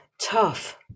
tough